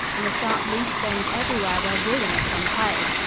and the sharp loose stones everywhere were ruinous on tires.